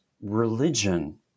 religion